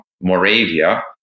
Moravia